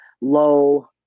low